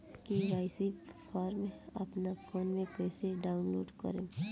KYC form अपना phone मे कइसे डाऊनलोड करेम?